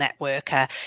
networker